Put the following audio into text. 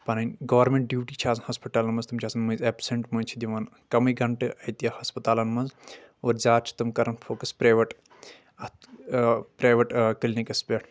پنٔنۍ government duty چھ آسان ہاسپِٹلن منٛز تِم چھ آسان مٔنٛزۍ اٮ۪بسٮ۪نٹ مٔنٛزۍ چھ دِوان کمےٕ گنٛٹہٕ أتی ہسپتالن منٛز اور زیٛادٕ چھ تم کران فوکس پرٛایویٹ اَتھ پرٛایویٹ کِلنِکس پٮ۪ٹھ